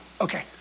Okay